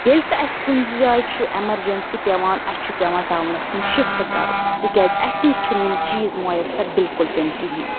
ییٚلہِ تہِ اسہِ کُنہِ جایہِ چھُ ایٚمَرجَنسی پیٚوان اسہِ چھُ پیٚوان ٹَونَس کُن شِفٹہٕ کَرُن تِکیازِ اسہِ نِش چھِنہٕ یِم چیٖز میسر بلکل تہِ نہٕ کہیٖنۍ